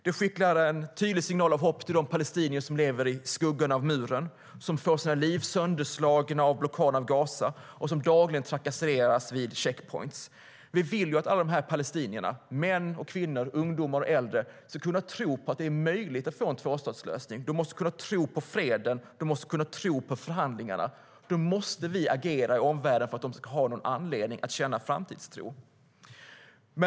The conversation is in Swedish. Det skickar en tydlig signal av hopp till de palestinier som lever i skuggan av muren, som får sina liv sönderslagna av blockaden av Gaza och som dagligen trakasseras vid någon checkpoint. Vi vill att alla de här palestinierna - män och kvinnor, ungdomar och äldre - ska kunna tro på att det är möjligt att få en tvåstatslösning. De måste kunna tro på freden. De måste kunna tro på förhandlingarna. Då måste vi i omvärlden agera för att de ska ha någon anledning att känna framtidstro.